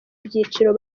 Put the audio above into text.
ibyiciro